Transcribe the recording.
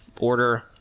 order